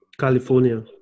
California